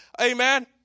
Amen